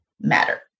matter